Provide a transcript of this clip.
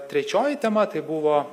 trečioji tema tai buvo